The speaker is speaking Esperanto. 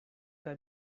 kaj